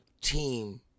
team